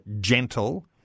gentle